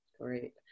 Great